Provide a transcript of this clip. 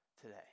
today